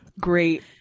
great